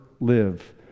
live